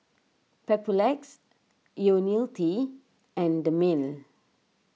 Papulex Ionil T and Dermale